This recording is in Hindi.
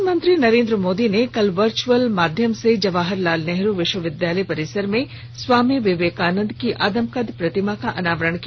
प्रधानमंत्री नरेन्द्र मोदी ने कल वर्चुअल माध्यम से जवाहर लाल नेहरु विश्वविद्यालय परिसर में स्वामी विवेकानंद की आदमकद प्रतिमा का अनावरण किया